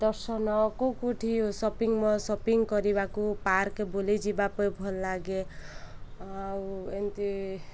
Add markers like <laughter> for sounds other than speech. ଦର୍ଶନ କେଉଁ କେଉଁଠି ସପିଂ <unintelligible> ସପିଂ କରିବାକୁ ପାର୍କ ବୁଲି ଯିବା <unintelligible> ଭଲ ଲାଗେ ଆଉ ଏମତି